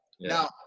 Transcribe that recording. Now